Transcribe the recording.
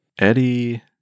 Eddie